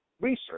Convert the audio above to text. research